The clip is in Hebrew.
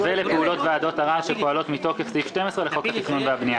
לפעולות ועדות ערר שפועלות מתוקף סעיף 12 לחוק התכנון והבנייה.